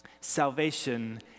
Salvation